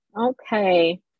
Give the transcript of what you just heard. Okay